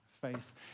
faith